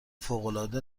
فوقالعاده